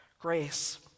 Grace